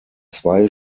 zwei